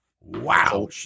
Wow